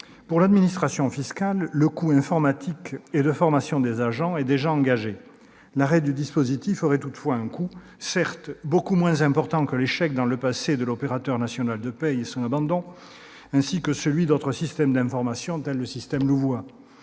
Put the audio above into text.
Pour l'administration fiscale, le coût informatique et de formation des agents est déjà engagé. L'arrêt du dispositif aurait toutefois un coût, certes beaucoup moins important que l'échec et l'abandon, dans le passé, de l'opérateur national de paye, ainsi que d'autres systèmes d'information, tel le système Louvois.